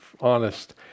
honest